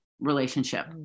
relationship